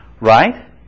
Right